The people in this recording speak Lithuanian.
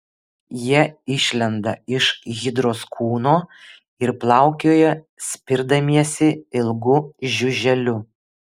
jie išlenda iš hidros kūno ir plaukioja spirdamiesi ilgu žiuželiu